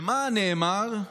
למה שנאמר,